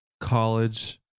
college